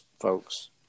folks